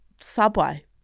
Subway